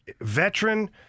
Veteran